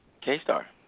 K-Star